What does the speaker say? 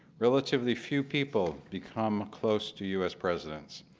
relatively few people become close to us presidents.